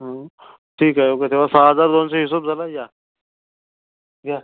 हा ठीक आहे ओके ठेवा सहा हजार दोनशे हिशोब झाला आहे या या